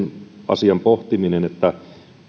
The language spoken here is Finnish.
asian pohtiminen